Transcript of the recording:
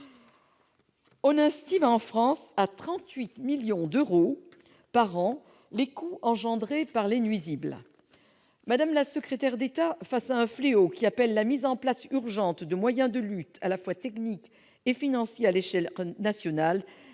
on estime à 38 millions d'euros par an les coûts engendrés par les nuisibles en France. Madame la secrétaire d'État, face à un fléau qui appelle la mise en place urgente de moyens de lutte à la fois techniques et financiers à l'échelle nationale